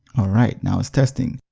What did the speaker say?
alright, now it's testing.